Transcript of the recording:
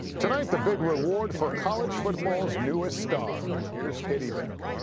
tonight, the big reward for college football's newest star. here is catie beck.